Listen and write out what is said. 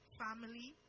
family